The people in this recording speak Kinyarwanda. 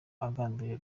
agambiriye